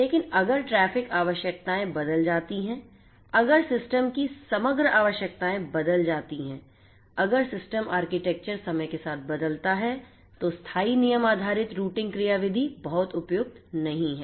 लेकिन अगर ट्रैफ़िक आवश्यकताएं बदल जाती हैं अगर सिस्टम की समग्र आवश्यकताएं बदल जाती हैं अगर सिस्टम आर्किटेक्चर समय के साथ बदलता है तो स्थाई नियम आधारित रूटिंग क्रियाविधि बहुत उपयुक्त नहीं हैं